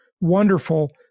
wonderful